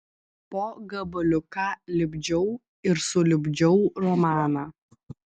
po gabaliuką lipdžiau ir sulipdžiau romaną